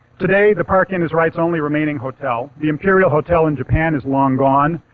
today, the park inn is wright's only remaining hotel. the imperial hotel in japan is long gone,